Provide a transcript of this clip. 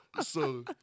So-